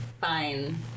fine